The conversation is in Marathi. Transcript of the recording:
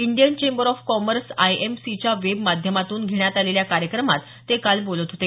Indian Chamber of Commerce I M सीच्या वेब माध्यमातून घेण्यात आलेल्या कार्यक्रमात ते काल बोलत होते